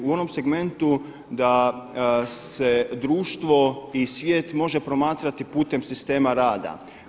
U onom segmentu da se društvo i svijet može promatrati putem sistema rada.